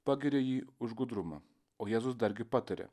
pagiria jį už gudrumą o jėzus dargi pataria